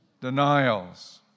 denials